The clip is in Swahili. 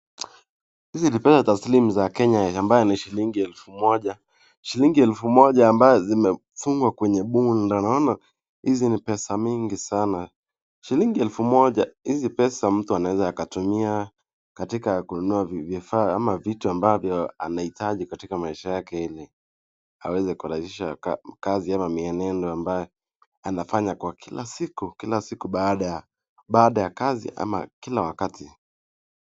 Hizi ni pesa za taslimu za Kenya ambazo ni shilingi elfu moja, shilingi elfu moja ambazo zimefungwa kwenye bunda. Naona hizi ni pesa mingi sana. Shilingi elfu moja hizi pesa mtu anaweza akatumia katika kununua vifaa ama vitu ambavyo anahitaji katika maisha yake ile. Aweze kurahisisha kazi ama miendo ambayo anafanya kwa kila siku, kila siku baada ya baada ya kazi ama kila wakati.